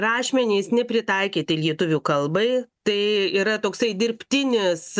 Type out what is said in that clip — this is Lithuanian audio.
rašmenys nepritaikyti lietuvių kalbai tai yra toksai dirbtinis